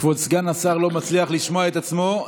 כבוד סגן השר לא מצליח לשמוע את עצמו.